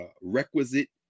requisite